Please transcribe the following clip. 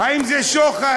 האם זה "שוחד"?